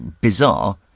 bizarre